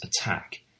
attack